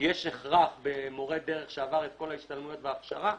שיש הכרח במורה דרך שעבר את כל ההשתלמויות וההכשרה,